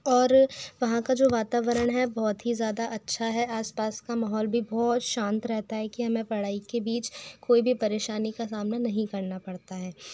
और वहाँ का जो वातावरण है बहुत ही ज़्यादा अच्छा है आसपास का माहौल भी बहुत शांत रहता है कि हमें पढ़ाई के बीच कोई भी परेशानी का सामना नहीं करना पड़ता है